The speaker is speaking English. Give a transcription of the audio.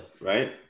right